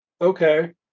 Okay